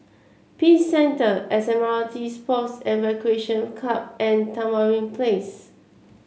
Peace Centre S M R T Sports and Recreation Club and Tamarind Place